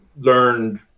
learned